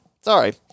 sorry